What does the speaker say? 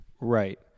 Right